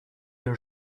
your